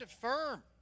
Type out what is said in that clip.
firm